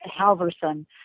Halverson